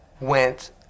went